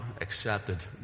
accepted